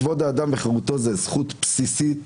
כבוד האדם וחירותו זאת זכות בסיסית,